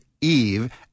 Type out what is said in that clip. Eve